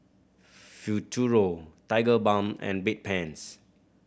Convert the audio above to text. Futuro Tigerbalm and Bedpans